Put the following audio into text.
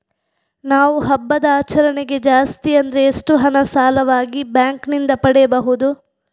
ನಾವು ಹಬ್ಬದ ಆಚರಣೆಗೆ ಜಾಸ್ತಿ ಅಂದ್ರೆ ಎಷ್ಟು ಹಣ ಸಾಲವಾಗಿ ಬ್ಯಾಂಕ್ ನಿಂದ ಪಡೆಯಬಹುದು?